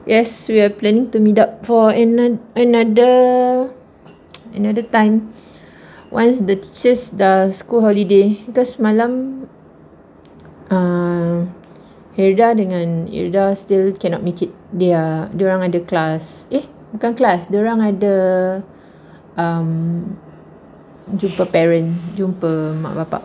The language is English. yes we're planning to meet up for ano~ another another time once the teachers dah school holiday because semalam um haidar and ida still cannot make it their dia orang ada class eh bukan kelas dia orang ada um jumpa parent jumpa mak bapa